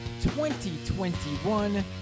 2021